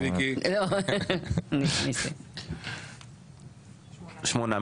שמונה.